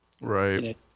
Right